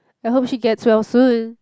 I hope she gets well soon